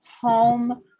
home